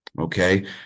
Okay